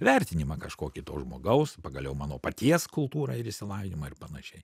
vertinimą kažkokį to žmogaus pagaliau mano paties kultūrą ir išsilavinimą ir panašiai